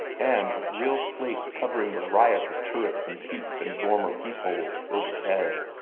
and with real slates covering the riot of turrets and peaks and dormer peepholes overhead.